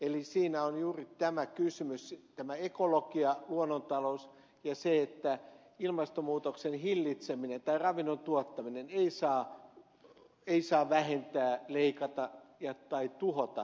eli siinä on juuri tämä kysymys tämä ekologia luonnontalous ja se että ilmastonmuutoksen hillitseminen tai ravinnon tuottaminen ei saa vähentää leikata tai tuhota biodiversiteettiä